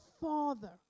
Father